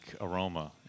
aroma